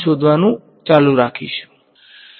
x બરાબર b છે તેને ઉકેલવું એ